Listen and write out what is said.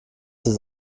das